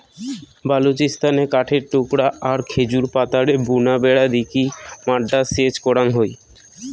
বালুচিস্তানে কাঠের টুকরা আর খেজুর পাতারে বুনা বেড়া দিকি মাড্ডা সেচ করাং হই